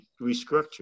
restructure